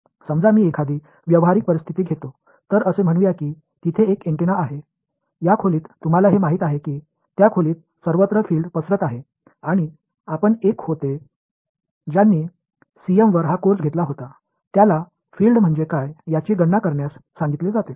समजा मी एखादी व्यावहारिक परिस्थिती घेतो तर असे म्हणूया की तिथे एक अँटेना आहे या खोलीत तुम्हाला हे माहित आहे की त्या खोलीत सर्वत्र फिल्स पसरत आहेत आणि आपण एक होते ज्यांनी सीएमवर हा कोर्स घेतला होता त्याला फील्ड म्हणजे काय याची गणना करण्यास सांगितले जाते